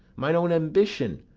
mine own ambition,